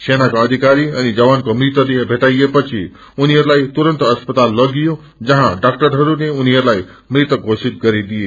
सेनाका अधिकारी अनि जवानको मृतदेह भेट्टाइएपछि उनीहरूलाई तुरन्त अस्पताल लगियो जहाँ डाक्अरहरूले उनीहरूलाई मृत घोषत गरिदिए